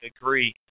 agree